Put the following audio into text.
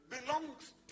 belongs